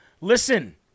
listen